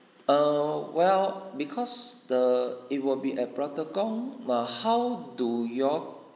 err well because the it will be at pulau tekong err how do you all